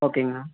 ஓகேங்கண்ணா